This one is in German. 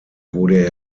wurde